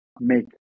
make